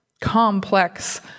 complex